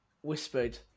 whispered